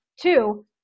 two